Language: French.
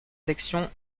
section